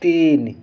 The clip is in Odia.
ତିନି